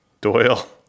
Doyle